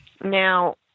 Now